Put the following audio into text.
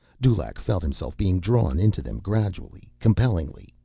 dulaq felt himself being drawn into them gradually, compellingly,